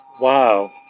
Wow